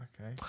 Okay